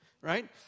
right